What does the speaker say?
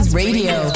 radio